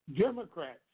Democrats